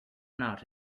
not